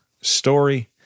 story